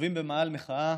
יושבים במאהל מחאה